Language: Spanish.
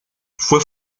fue